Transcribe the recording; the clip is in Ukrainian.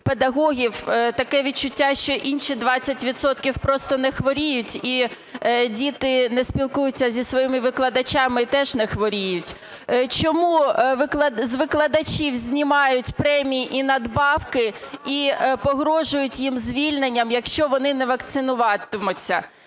педагогів? Таке відчуття, що інші 20 відсотків просто не хворіють і діти не спілкуються зі своїми викладачами і теж не хворіють. Чому з викладачів знімають премії і надбавки і погрожують їм звільненням, якщо вони не вакцинуватимуться?